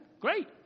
great